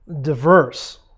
diverse